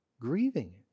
grieving